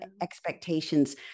expectations